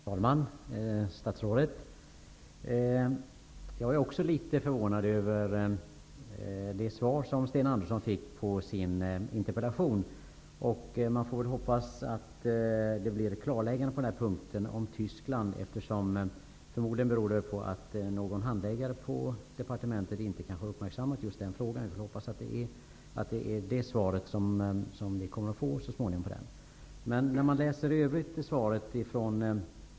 Herr talman! Statsrådet! Också jag är litet förvånad över det svar som Sten Andersson i Malmö fick på sin interpellation. Man får hoppas på ett klarläggande när det gäller Tyskland. Det är förmodligen någon handläggare på departementet som inte har uppmärksammat just den frågan. Jag hoppas att det är det svar som vi så småningom kommer att få.